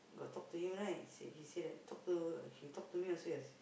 got talk to him right said he said that talk to she talk to me also your